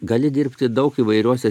gali dirbti daug įvairiose